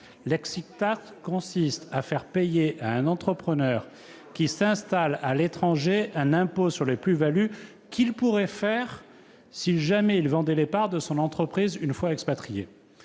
L'consiste à faire payer à un entrepreneur qui s'installe à l'étranger un impôt sur les plus-values qu'il pourrait faire, si jamais il vendait les parts de son entreprise une fois expatrié.